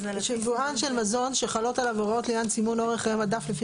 יבואן של מזון שחלות עליו הוראות לעניין סימון אורך חיי מדף לפי